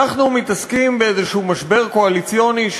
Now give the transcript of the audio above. אנחנו מתעסקים באיזשהו משבר קואליציוני,